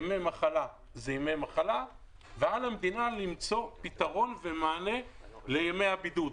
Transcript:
ימי מחלה הם ימי מחלה ועל המדינה למצוא פתרון ומענה לימי הבידוד.